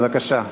בבקשה.